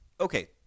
okay